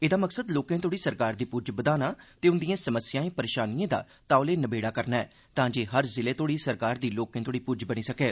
एहदा मकसद लोकें तोहड़ी सरकार दी पुज्ज बधाना ते उंदियें समस्यायें परेशानियें दा तौलें नबेड़ा करना ऐ तां जे हर जिले तोड़ी सरकार दी लोकें तोड़ी पुज्ज बनी सकै